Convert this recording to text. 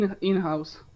In-house